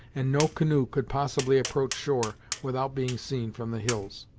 and no canoe could possibly approach shore without being seen from the hills.